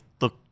look